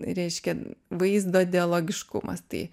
reiškia vaizdo dialogiškumas tai